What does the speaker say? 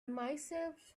myself